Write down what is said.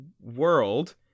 World